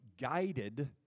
guided